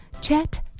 Chat